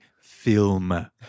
film